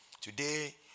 Today